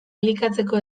elikatzeko